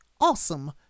awesome